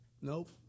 Nope